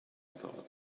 thought